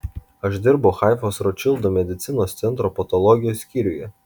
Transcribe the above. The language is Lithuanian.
aš dirbu haifos rotšildo medicinos centro patologijos skyriuje